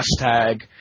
hashtag